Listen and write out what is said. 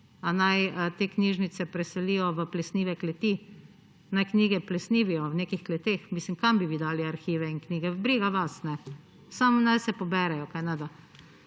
Ali naj te knjižnice preselijo v plesnive kleti? Naj knjige plesnijo v nekih kleteh? Kam bi vi dali arhive in knjige? Briga vas, kajne? Samo naj se poberejo, kajneda?